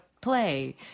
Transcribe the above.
play